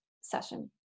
session